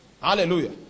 Hallelujah